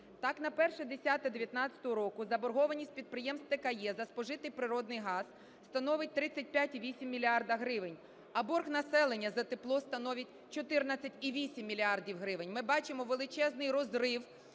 Так, на 01.10.19 року заборгованість підприємств така є за спожитий природний газ, становить 35,8 мільярда гривень. А борг населення за тепло становить 14,8 мільярда гривень. Ми бачимо величезний розрив